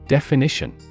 Definition